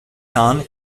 sons